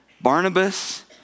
Barnabas